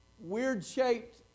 weird-shaped